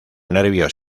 nervios